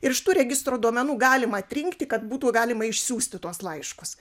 ir iš tų registro duomenų galima atrinkti kad būtų galima išsiųsti tuos laiškus